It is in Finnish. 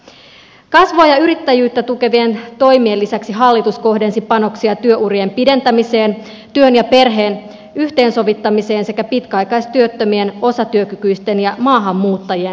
kasvua ja yrittäjyyttä tukevien toimien lisäksi hallitus kohdensi panoksia työurien pidentämiseen työn ja perheen yhteensovittamiseen sekä pitkäaikaistyöttömien osatyökykyisten ja maahanmuuttajien työllistämiseen